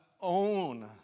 own